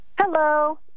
hello